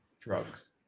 drugs